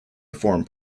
reform